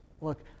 look